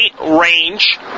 range